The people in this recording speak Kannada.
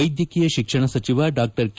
ವೈದ್ಯಕೀಯ ಶಿಕ್ಷಣ ಸಚಿವ ಡಾ ಕೆ